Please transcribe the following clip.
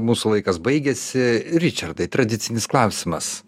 mūsų laikas baigėsi ričardai tradicinis klausimas